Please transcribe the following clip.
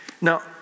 now